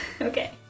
Okay